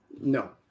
No